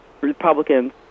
Republicans